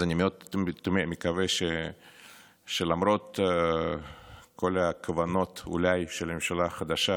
אז אני מאוד מקווה שלמרות כל הכוונות אולי של הממשלה החדשה